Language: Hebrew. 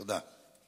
תודה.